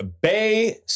Bay